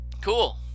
Cool